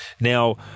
Now